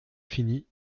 fini